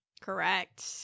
Correct